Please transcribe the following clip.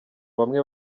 bamwe